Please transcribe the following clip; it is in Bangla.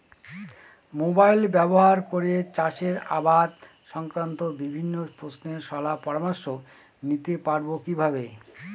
মোবাইল ব্যাবহার করে চাষের আবাদ সংক্রান্ত বিভিন্ন প্রশ্নের শলা পরামর্শ নিতে পারবো কিভাবে?